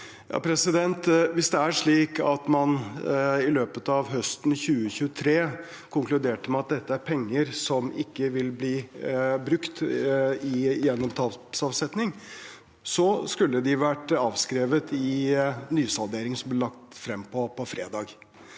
(H) Hvis det er slik at man i løpet av høsten 2023 konkluderte med at dette er penger som ikke vil bli brukt gjennom tapsavsetning, skulle de vært avskrevet i nysalderingen som ble lagt frem på fredag.